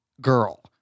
Girl